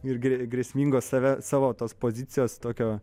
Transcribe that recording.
ir grė grėsmingo save savo tas pozicijas tokio